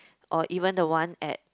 or even the one at